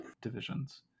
divisions